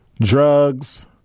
drugs